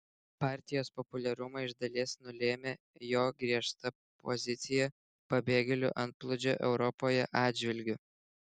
partijos populiarumą iš dalies nulėmė jo griežta pozicija pabėgėlių antplūdžio europoje atžvilgiu